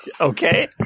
Okay